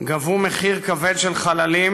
גבו מחיר כבד של חללים,